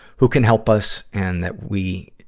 who can help us and that we,